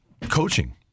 coaching